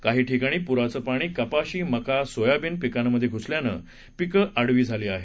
काही ठिकाणी पुराचं पाणी कपाशी मका सोयाबीन पिकांमध्ये घुसल्यानं पिकं आडवी झाली आहेत